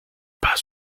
pas